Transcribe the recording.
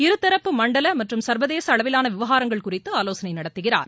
இருதரப்பு மண்டல மற்றும் சர்வதேச அளவிலான விவகாரங்கள் குறித்து ஆலோசனை நடத்துகிறார்